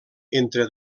entre